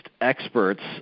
experts